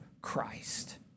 Christ